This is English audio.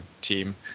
team